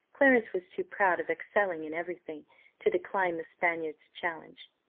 clarence was too proud of excelling in every thing to decline the spaniard's challenge.